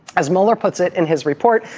as mueller puts it in his report,